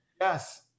Yes